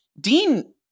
Dean